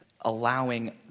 allowing